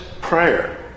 prayer